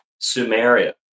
Sumeria